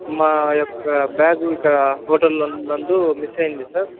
మా యొక్క బ్యాగ్ ఇక్కడ హోటల్ నందు మిస్ అయింది సార్